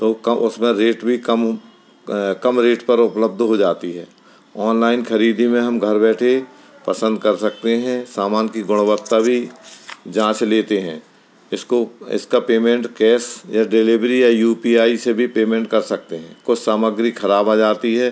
तो उसका रेट भी कम कम रेट पर उपलब्ध हो जाती है ऑनलाइन ख़रीदी में हम घर बैठे पसंद कर सकते हैं सामान की गुणवत्ता भी जाँच लेते हैं इसको इसका पेमेंट कैस या डिलेवरी या यू पी आई से भी पेमेंट कर सकते हैं कुछ सामग्री ख़राब आ जाती है